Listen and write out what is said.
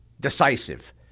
decisive